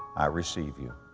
i receive you.